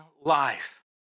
life